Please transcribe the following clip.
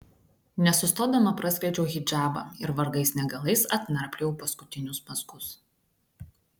nesustodama praskleidžiau hidžabą ir vargais negalais atnarpliojau paskutinius mazgus